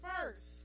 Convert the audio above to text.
first